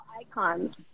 icons